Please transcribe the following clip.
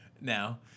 now